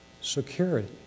security